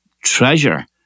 treasure